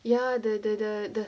ya the the the the